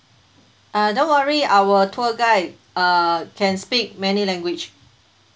uh don't worry our tour guide uh can speak many language